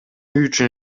үчүн